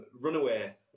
Runaway